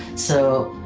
so,